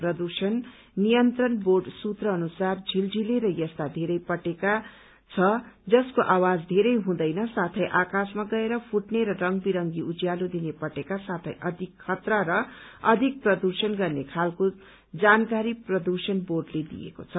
प्रदूषण नियन्त्रण बोर्ड सूत्र अनुसार झिलझिते र यस्ता वेरै पटेका छ जसको आवाज धेरै हुँदैन साथै आकाशमा गएर फुटने र रंग विरंगी उज्यालो दिने पटेका साथै अधिक खतरा र अधिक प्रदूषण गर्ने खालको जानकारी प्रदूषण बोर्डले दिएको छ